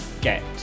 get